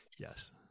Yes